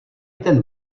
ten